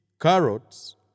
carrots